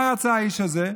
מה רצה האיש הזה?